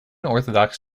orthodox